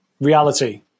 reality